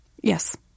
Yes